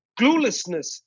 cluelessness